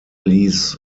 ließ